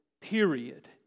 period